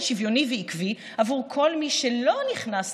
שוויוני ועקבי על כל מי שלא נכנס לכלל,